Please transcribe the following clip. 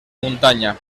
muntanya